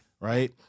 Right